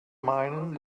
meinen